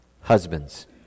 Husbands